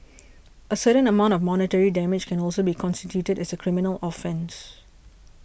a certain amount of monetary damage can also be constituted as a criminal offence